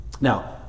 Now